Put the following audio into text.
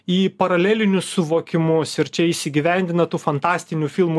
į paralelinius suvokimus ir čia įsigyvendina tų fantastinių filmų